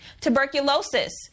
tuberculosis